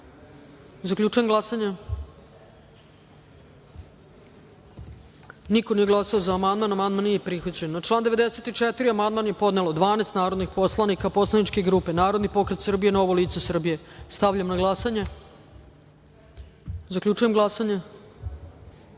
amandman. Zaključujem glasanje: niko nije glasao za amandman. Amandman nije prihvaćen. Na član 93. amandman je podnelo 12 narodnih poslanika poslaničke grupe Narodni pokret Srbije – Novo lice Srbije. Stavljam na glasanje ovaj amandman. Zaključujem glasanje: